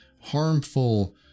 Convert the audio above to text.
harmful